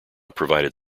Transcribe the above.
provided